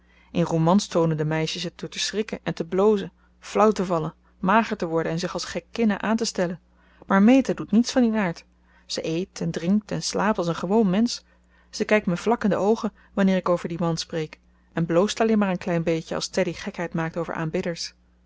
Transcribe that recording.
in romans toonen de meisjes het door te schrikken en te blozen flauw te vallen mager te worden en zich als gekkinnen aan te stellen maar meta doet niets van dien aard ze eet en drinkt en slaapt als een gewoon mensch ze kijkt mij vlak in de oogen wanneer ik over dien man spreek en bloost alleen maar een klein beetje als teddy gekheid maakt over aanbidders